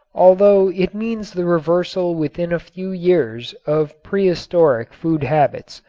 although it means the reversal within a few years of prehistoric food habits.